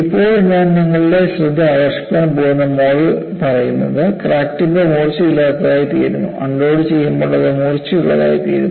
ഇപ്പോൾ ഞാൻ നിങ്ങളുടെ ശ്രദ്ധ ആകർഷിക്കാൻ പോകുന്ന മോഡൽ പറയുന്നത് ക്രാക്ക് ടിപ്പ് മൂർച്ചയില്ലാത്തതായി തീരുന്നു അൺലോഡുചെയ്യുമ്പോൾ അത് മൂർച്ചയുള്ളതായിത്തീരുന്നു